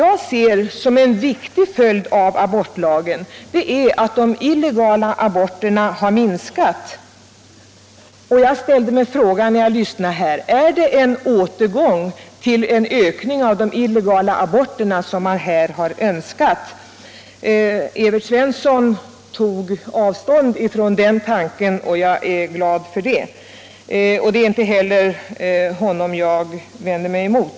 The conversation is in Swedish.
Jag ser som en viktig följd av abortlagen att de illegala aborterna har minskat. Jag ställde mig frågan när jag lyssnade till debatten här: Är det en återgång till en ökning av de illegala aborterna som man önskar? Herr Svensson i Kungälv tog avstånd från den tanken, och det är jag glad för. Det är inte heller honom jag vänder mig emot.